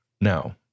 Now